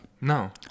No